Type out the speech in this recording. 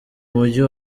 mujyi